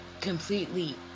completely